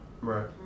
Right